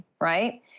right